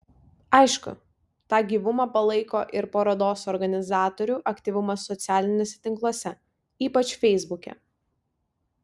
aišku tą gyvumą palaiko ir parodos organizatorių aktyvumas socialiniuose tinkluose ypač feisbuke